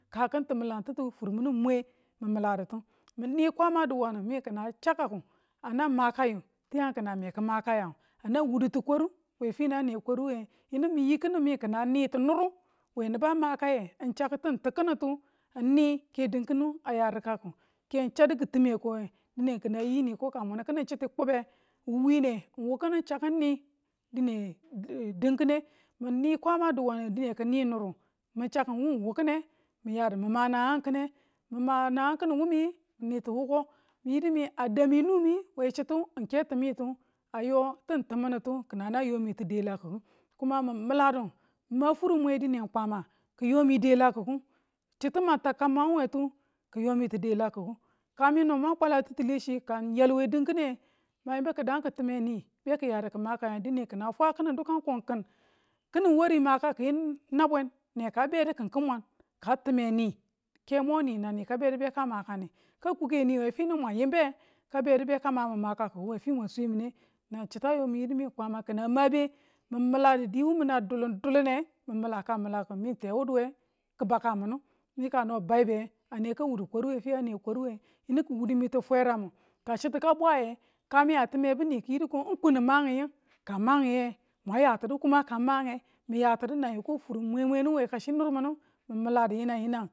ka ki timilantu fu mini mwe min miladitu min ni kwama diwanu mi n kin a chakaki a nang makayi̱ tiyang kin a me ki makaying a nang wudutu kwaru we finu a ne kwaruwe yinu miyi kinu mi kina ni ti nuru we nibu a makaye ng chaku ti ng tikinu ng ni ke kittu ti kinitu ke dinkinu aya rikaku ke n chadu kitimeko we dine kin a yi ko ka muni kin chiti kube mu wine chakka ni ke din kinu a ya rikaku ke ng chadu kitime ko we dine kin a yi ne ko ka mun kini chitu kube, wiine wu kin chaku ng ni dine din kine min ni kwama diwanu dine ki ni nuru min chakkin wu wukine mi yidu mi ma nangang kine, mi ma nangang kini wumi minitu wuko mi yidu mi a dami numi we chitu ng ke timi tu a yo kin timitu kin anang komitu deleku kuma min miladu, mi ma furi mwe dine ng kwama ki yomi dalakiku kwama ki yomi delakiku chitu mang tau kang mang wetu ki yomitu delakiku chitu ma takan we tu kiyo mitu dalakiku kasi no mang kwala wule, ka n yal we dinkine mang yimbu kidangu kitume ni beki yadu ki makayangu dine ng kin a fwa kini dukan ko kin, kini wuri makakiyu nawen neka bedu n kin mang ka tume ni keme ni nang ni beka makane ka ne ka kuke ni we finu mwan yimbe ka bedu beka mamin makakiku we fi mwan swemine nang chita yo min yidu mi kwama kin a mabe min mila diwu min a dulundulun ne min mila ka milaku mi tewuduwe ki bau ka minu mi ka no baibe ani neka wudu kwaru we finu ane kwaruwe yinu ki wudu mitu fweramu ka chika ka bwaye kami a tumebu ni ki̱ yidu n kun ma i ying ka ng ma nye mwan yatinu kuma ka mange min yatinu nan yoko fur mwemwe we kachi nur minu min miladu yinang yinang